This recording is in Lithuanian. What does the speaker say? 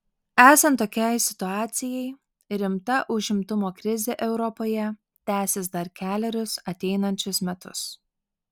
esant tokiai situacijai rimta užimtumo krizė europoje tęsis dar kelerius ateinančius metus